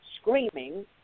screaming